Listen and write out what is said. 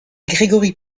gregory